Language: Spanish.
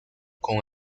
con